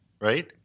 Right